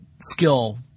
skill